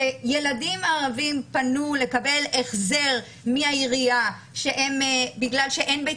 שילדים ערבים פנו לקבל החזר מהעירייה בגלל שאין בית